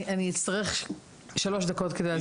אני אצטרך שלוש דקות כדי להסביר.